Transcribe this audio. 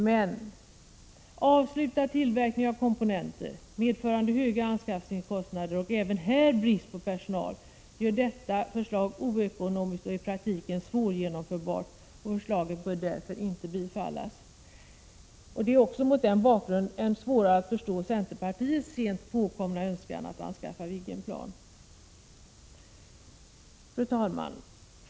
Men avslutad tillverkning av komponenter, medförande hög anskaffningskostnad och även här brist på personal gör detta förslag oekonomiskt och i praktiken svårgenomförbart. Förslaget bör därför ej bifallas. Det är mot denna bakgrund än svårare att förstå centerpartiets sent påkomna önskan att anskaffa Viggenplan. Fru talman!